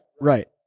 right